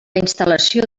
instal·lació